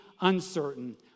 uncertain